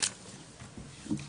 הכלכלנים